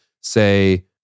say